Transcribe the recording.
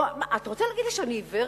אתה רוצה להגיד לי שאני עיוורת?